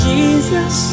Jesus